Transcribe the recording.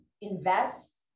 invest